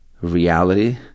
reality